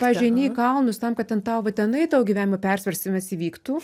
pavyzdžiui eini į kalnus tam kad ten tau va tenai tau gyvenimo persvarstymas įvyktų